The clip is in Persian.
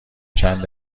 چند